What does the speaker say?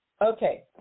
Okay